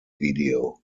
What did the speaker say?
video